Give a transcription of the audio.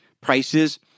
prices